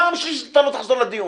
פעם שלישית אתה לא תחזור לדיון.